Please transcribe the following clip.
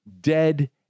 dead